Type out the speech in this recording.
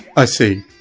i see.